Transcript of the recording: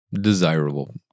desirable